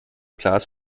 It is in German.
glas